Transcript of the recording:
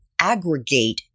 aggregate